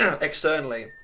externally